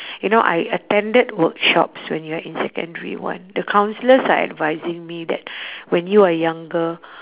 you know I attended workshops when you're in secondary one the counsellors are advising me that when you are younger